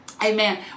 Amen